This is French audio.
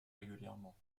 régulièrement